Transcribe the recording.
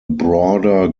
broader